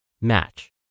match